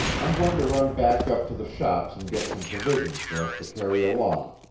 i'm going to run back up to the shops and get some provisions for us to carry along,